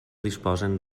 disposen